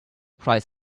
prize